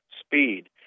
speed